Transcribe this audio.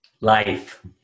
Life